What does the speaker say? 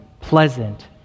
pleasant